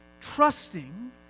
trusting